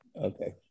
okay